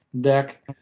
deck